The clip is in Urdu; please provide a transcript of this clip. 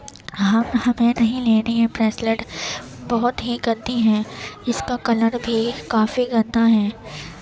ہم ہمیں نہیں لینی یہ بریسلٹ بہت ہی گندی ہے اس کا کلر بھی کافی گندا ہے